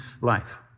life